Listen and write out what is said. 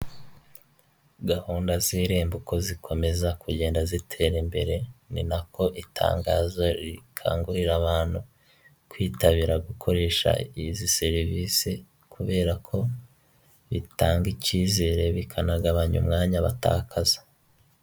Gahunda z'irembo uko zikomeza kugenda zitera imbere ni nako itangazo rikangurira abantu, kwitabira gukoresha izi serivisi kubera ko bitanga icyizere bikanagabanya umwanya batakaza.